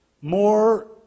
more